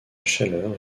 chaleur